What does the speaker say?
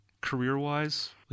career-wise